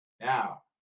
Now